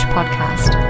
Podcast